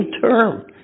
term